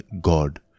God